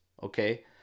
Okay